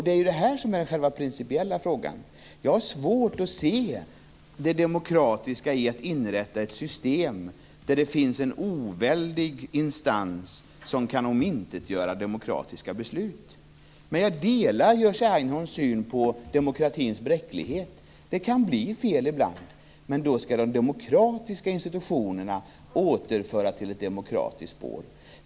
Det är detta som är själva den principiella frågan. Jag har svårt att se det demokratiska i att inrätta ett system där det finns en oväldig instans som kan omintetgöra demokratiska beslut. Jag delar Jerzy Einhorns syn på demokratins bräcklighet. Det kan bli fel ibland, men då skall de demokratiska institutionerna återföra till ett demokratiskt spår.